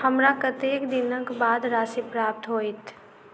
हमरा कत्तेक दिनक बाद राशि प्राप्त होइत?